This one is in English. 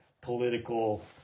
political